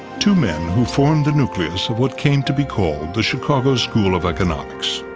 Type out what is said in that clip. two men who formed the nucleus of what came to be called the chicago school of economics.